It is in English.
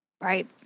Right